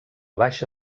baixa